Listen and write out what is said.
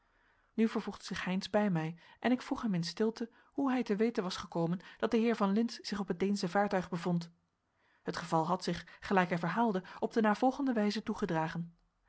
nu vervoegde zich heynsz bij mij en ik vroeg hem in stilte hoe hij te weten was gekomen dat de heer van lintz zich op het deensche vaartuig bevond het geval had zich gelijk hij verhaalde op de navolgende wijze toegedragen